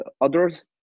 others